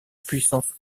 puissance